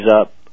up